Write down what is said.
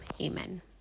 amen